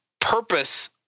purpose